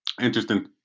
Interesting